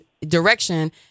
direction